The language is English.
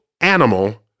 animal